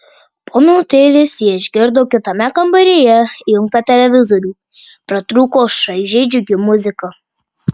po minutėlės jie išgirdo kitame kambaryje įjungtą televizorių pratrūko šaižiai džiugi muzika